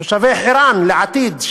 תושבי חירן לעתיד,